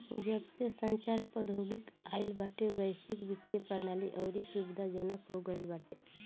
जबसे संचार प्रौद्योगिकी आईल बाटे वैश्विक वित्तीय प्रणाली अउरी सुविधाजनक हो गईल बाटे